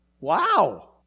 Wow